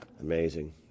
amazing